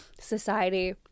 society